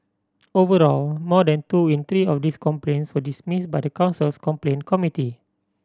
overall more than two in three of these complaints were dismissed by the council's complaint committee